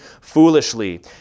foolishly